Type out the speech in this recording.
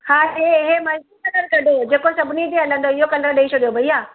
हा हे हे मल्टी कलर कढो जेको सभिनी ते हलंदो इहो कलर ॾेई छॾियो भैया